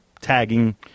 tagging